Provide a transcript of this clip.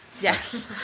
Yes